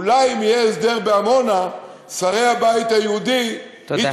אולי אם יהיה הסדר בעמונה, שרי הבית היהודי, תודה.